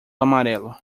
amarelo